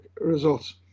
results